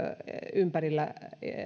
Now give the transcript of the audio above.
ympärillä